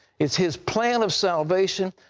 it's his plan of salvation,